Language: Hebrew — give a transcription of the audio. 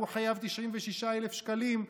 והוא חייב 96,000 שקלים.